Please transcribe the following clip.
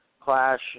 clash